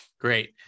Great